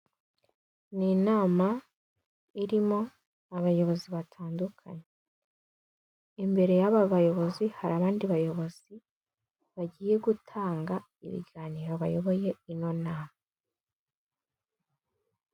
Ni inama irimo abayobozi batandukanye, imbere y'aba bayobozi; hari abandi bayobozi, bagiye gutanga ibiganiro, bayoboye ino nama.